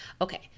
Okay